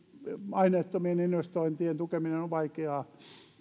aineettomien investointien tukeminen on vaikeaa